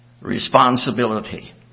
responsibility